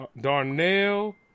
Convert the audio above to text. Darnell